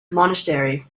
monastery